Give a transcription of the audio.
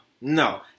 no